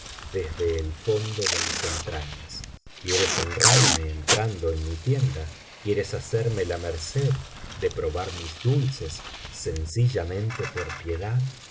desde el fondo de mis entrañas quieres honrarme entrando en mi tienda quieres hacerme la merced de probar mis dulces sencillamente por piedad